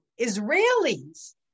Israelis